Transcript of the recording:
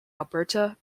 alberta